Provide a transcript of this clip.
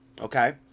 okay